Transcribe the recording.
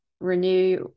renew